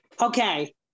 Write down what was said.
Okay